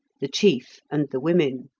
the chief and the women.